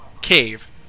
cave